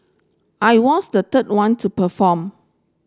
I was the third one to perform